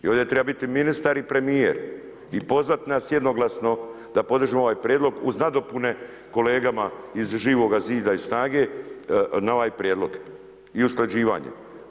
I ovdje treba biti ministar i premjer i pozvati vas jednoglasno da podržimo ovaj prijedlog uz nadopune kolegama iz Živoga zida i SNAGA-e na ovaj prijedlog i usklađivanje.